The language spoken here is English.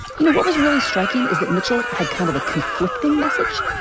you know, what was really striking is that mitchell had kind of a conflicting message.